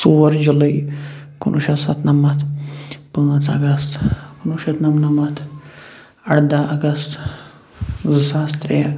ژور جُلَے کُنوُہ شتھ ستنمتھ پانٛژھ اگستہٕ کُنوُہ شَتھ نمنمتھ ارداہ اگستہٕ زٕ ساس ترٛےٚ